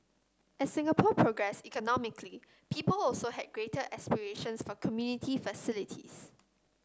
as Singapore progressed economically people also had greater aspirations for community facilities